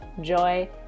joy